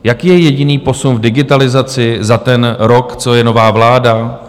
Jaký je jediný posun v digitalizaci za ten rok, co je nová vláda?